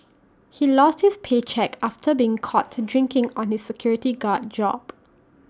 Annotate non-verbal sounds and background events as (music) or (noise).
(noise) he lost his paycheck after being caught drinking on his security guard job